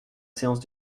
séance